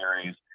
series